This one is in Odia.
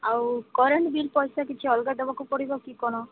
ଆଉ କରେଣ୍ଟ୍ ବିଲ୍ ପଇସା କିଛି ଅଲଗା ଦେବାକୁ ପଡ଼ିବ କି କ'ଣ